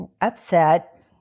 upset